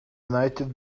united